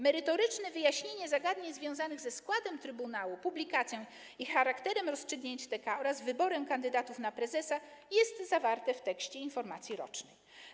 Merytoryczne wyjaśnienie zagadnień związanych ze składem trybunału, publikacją i charakterem rozstrzygnięć TK oraz wyborem kandydatów na prezesa jest zawarte w tekście informacji rocznej.